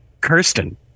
Kirsten